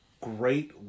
great